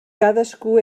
cadascú